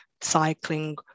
cycling